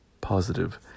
positive